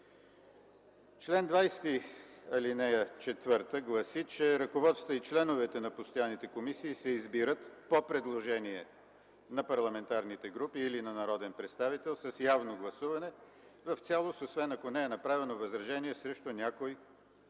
Член 20, ал. 4 гласи, че: „Ръководствата и членовете на постоянните комисии се избират по предложение на парламентарните групи или на народен представител с явно гласуване в цялост, освен ако не е направено възражение срещу някой